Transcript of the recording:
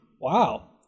wow